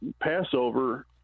Passover